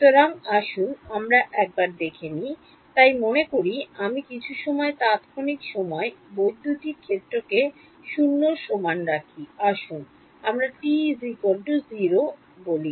সুতরাং আসুন আমরা একবার দেখে নিই তাই মনে করি আমি কিছু সময় তাত্ক্ষণিক সময় বৈদ্যুতিক ক্ষেত্রকে 0 এর সমান রাখি আসুন আমরা t 0 এ বলি